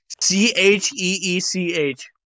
C-H-E-E-C-H